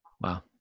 Wow